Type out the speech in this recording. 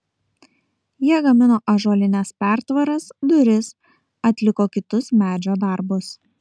jie gamino ąžuolines pertvaras duris atliko kitus medžio darbus